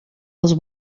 els